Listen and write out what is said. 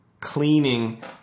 cleaning